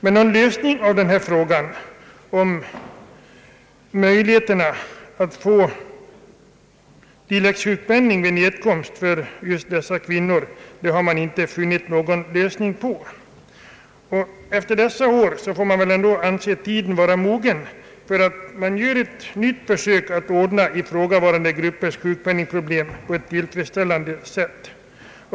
Men man har inte funnit någon lösning på frågan om möjlighet för just dessa kvinnor att få tilläggssjukpenning vid nedkomst. Efter dessa år får man väl ändå anse tiden vara mogen att göra ett nytt försök att ordna ifrågavarande grupps sjukpenningproblem på ett tillfredsställande sätt.